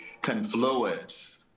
confluence